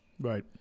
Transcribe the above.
Right